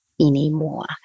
anymore